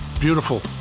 Beautiful